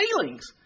feelings